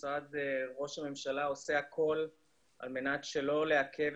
משרד ראש הממשלה עושה הכול על מנת שלא לעכב